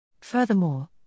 Furthermore